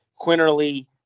Quinterly